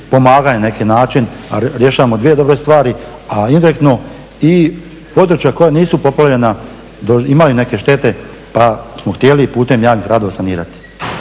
pomaganje na neki način, a rješavamo dvije dobre stvari, a indirektno i područja koja nisu poplavljena imaju neke štete pa smo htjeli putem javnih radova sanirati.